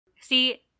See